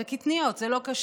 זה קטניות, זה לא כשר.